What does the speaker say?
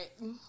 right